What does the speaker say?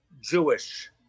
Jewish